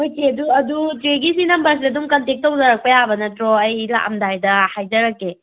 ꯍꯣꯏ ꯆꯦ ꯑꯗꯨ ꯑꯗꯨ ꯆꯦꯒꯤ ꯁꯤ ꯅꯝꯕꯔ ꯑꯗꯨꯝ ꯀꯟꯇꯦꯛ ꯇꯧꯖꯔꯛꯄ ꯌꯥꯕ ꯅꯠꯇ꯭ꯔꯣ ꯑꯩ ꯂꯥꯛꯑꯝꯗꯥꯏꯗ ꯍꯥꯏꯖꯔꯛꯀꯦ